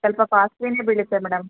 ಸ್ವಲ್ಪ ಕಾಸ್ಟ್ಲಿನೇ ಬೀಳುತ್ತೆ ಮೇಡಮ್